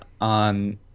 on